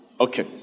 Okay